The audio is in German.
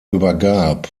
übergab